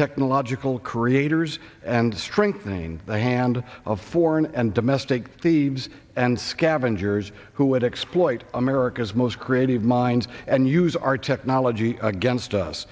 technological creators and strengthening the hand of foreign and domestic the xp and scavengers who would exploit america's most creative minds and use our technology against us